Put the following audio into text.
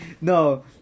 No